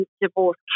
divorce